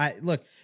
Look